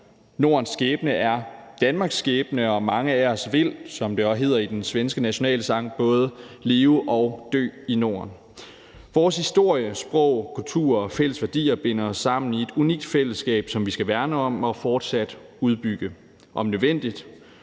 Nordens skæbne er Danmarks skæbne, og mange af os vil – som det også hedder i den svenske nationalsang – både leve og dø i Norden. Vores historie, sprog, kultur og fælles værdier binder os sammen i et unikt fællesskab, som vi skal værne om og fortsat udbygge om nødvendigt,